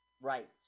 right